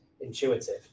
intuitive